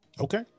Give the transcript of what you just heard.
Okay